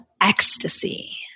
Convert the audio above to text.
ecstasy